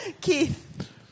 Keith